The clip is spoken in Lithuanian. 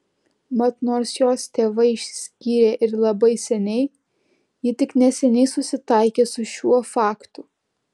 mat nors jos tėvai išsiskyrė ir labai seniai ji tik neseniai susitaikė su šiuo faktu